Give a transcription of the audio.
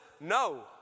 no